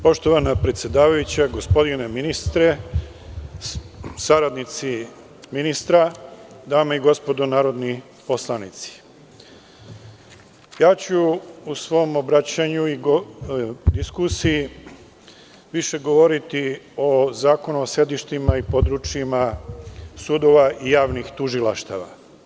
Poštovana predsedavajuća, gospodine ministre, saradnici ministra, dame i gospodo narodni poslanici, ja ću u svom obraćanju i diskusiji više govoriti o Zakonu o sedištima i područjima sudova i javnih tužilaštava.